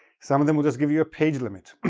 some of them will just give you a page limit.